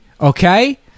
Okay